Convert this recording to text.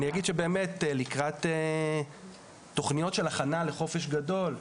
לקראת תוכניות של הכנה לחופש גדול,